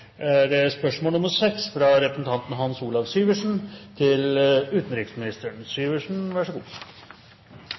Spørsmål 6, fra representanten Hans Olav Syversen til utenriksministeren,